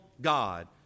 God